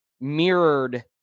mirrored